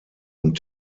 und